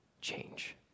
change